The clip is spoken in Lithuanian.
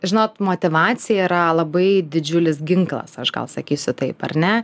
žinot motyvacija yra labai didžiulis ginklas aš gal sakysi taip ar ne